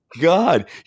god